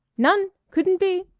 none! couldn't be!